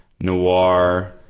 noir